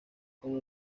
como